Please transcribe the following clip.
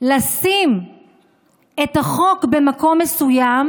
לשים את החוק במקום מסוים,